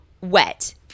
wet